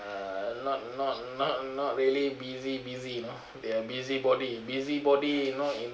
uh not not not not really busy busy you know they are busybody busybody not in